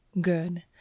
Good